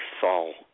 fall